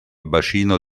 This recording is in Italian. bacino